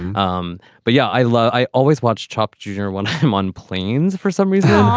um but yeah, i love i always watch chope junior when i'm on planes for some reason. ah